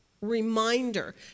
reminder